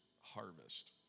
harvest